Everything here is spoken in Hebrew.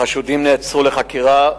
החשודים נעצרו לחקירה,